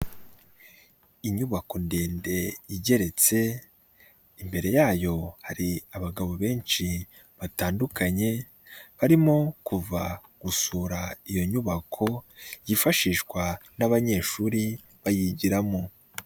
Inyubako ndende igeretse imbere yayo hari abagabo benshi batandukanye, barimo kuva gusura iyo nyubako yifashishwa n'abanyeshuri bayigiramo.